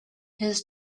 his